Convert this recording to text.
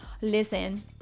listen